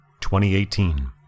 2018